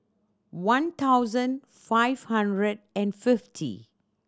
one thousand five hundred and fifty